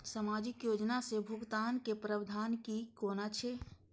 सामाजिक योजना से भुगतान के प्रावधान की कोना छै?